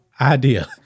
idea